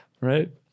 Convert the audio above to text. Right